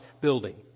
building